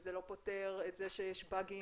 וזה לא פותר את זה שיש באגים,